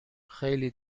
خیلی